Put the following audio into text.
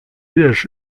wiesz